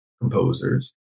composers